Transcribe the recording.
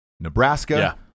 Nebraska